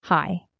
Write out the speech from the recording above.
Hi